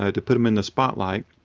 ah to put them in the spotlight.